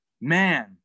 man